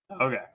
Okay